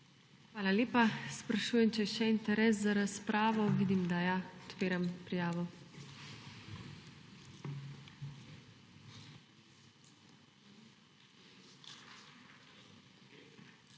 Hvala lepa. Sprašujem, če je še interes za razpravo. Vidim, da ja. Odpiram prijavo.